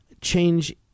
change